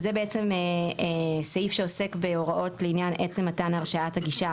זה בעצם סעיף שעוסק בהוראות לעניין עצם מתן הרשאת הגישה